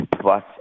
plus